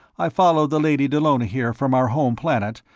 i followed the lady dallona here from our home planet,